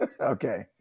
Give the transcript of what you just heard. Okay